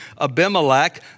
Abimelech